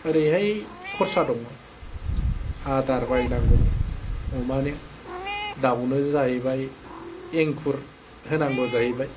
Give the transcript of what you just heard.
ओरैहाय खरसा दङ आदार बायनांगौ अमानो दावनो जाहैबाय इंखुर होनांगौ जाहैबाय